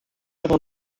avant